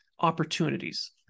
opportunities